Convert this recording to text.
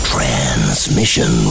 Transmission